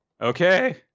Okay